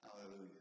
Hallelujah